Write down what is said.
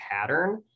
pattern